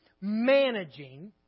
managing